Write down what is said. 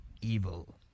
evil